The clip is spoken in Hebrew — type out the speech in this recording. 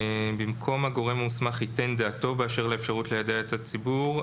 במקום "הגורם המוסמך ייתן את דעתו באשר לאפשרות ליידע את הציבור"